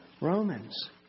Romans